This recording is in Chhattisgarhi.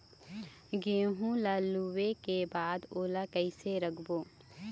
गेहूं ला लुवाऐ के बाद ओला कइसे राखबो?